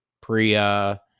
Priya